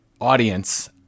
audience –